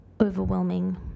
overwhelming